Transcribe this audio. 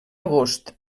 agost